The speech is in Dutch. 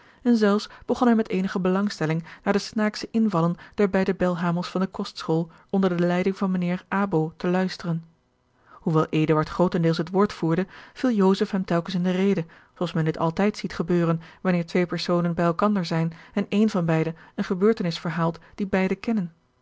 en zelfs begon hij met eenige belangstelling naar de snaaksche invallen der beide belhamels van de kostschool onder de leiding van mijnheer abo te luisteren hoewel eduard grootendeels het woord voerde viel joseph hem telkens in de rede zoo als men dit altijd ziet gebeuren wanneer twee personen bij elkander zijn en één van beide eene gebeurtenis verhaalt die beide kennen